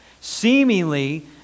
Seemingly